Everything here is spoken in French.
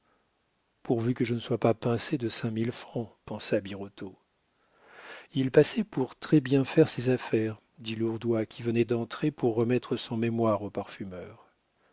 pourvu que je ne sois pas pincé de cinq mille francs pensa birotteau il passait pour très-bien faire ses affaires dit lourdois qui venait d'entrer pour remettre son mémoire au parfumeur